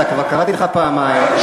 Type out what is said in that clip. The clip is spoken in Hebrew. כבר קראתי לך פעמיים.